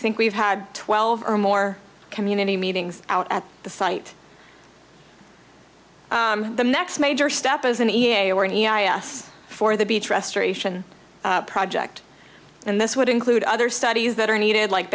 think we've had twelve or more community meetings out at the site the next major step as an e a or an e i us for the beach restoration project and this would include other studies that are needed like